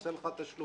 עושה לך תשלומים,